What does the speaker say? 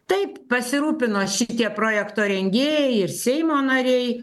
taip pasirūpino šitie projekto rengėjai ir seimo nariai